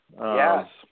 Yes